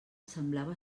semblava